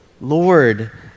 Lord